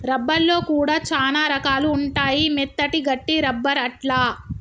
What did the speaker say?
rubber లో కూడా చానా రకాలు ఉంటాయి మెత్తటి, గట్టి రబ్బర్ అట్లా